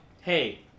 hey